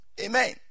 amen